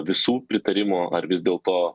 visų pritarimo ar vis dėlto